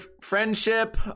friendship